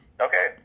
okay